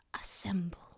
assemble